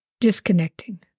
disconnecting